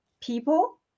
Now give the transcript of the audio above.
people